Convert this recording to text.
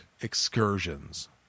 excursions